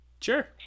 Sure